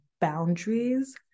boundaries